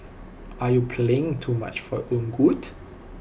are you playing too much for your own good